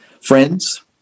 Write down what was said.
friends